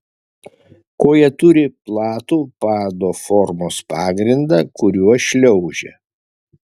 koja turi platų pado formos pagrindą kuriuo šliaužia